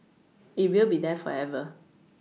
it will be there forever